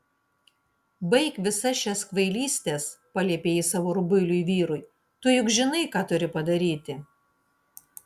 baik visas šias kvailystes paliepė ji savo rubuiliui vyrui tu juk žinai ką turi padaryti